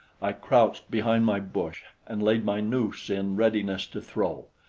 i crouched behind my bush and laid my noose in readiness to throw.